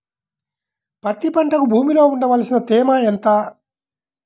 పత్తి పంటకు భూమిలో ఉండవలసిన తేమ ఎంత?